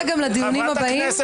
אחרי ששלוש פעמים בישיבה --- צא בבקשה.